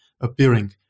appearing